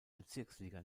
bezirksliga